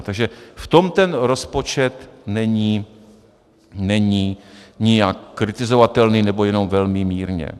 Takže v tom ten rozpočet není nijak kritizovatelný, nebo jenom velmi mírně.